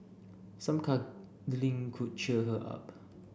some cuddling could cheer her up